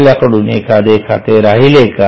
आपल्याकडून एखादे खाते राहिले का